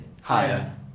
Higher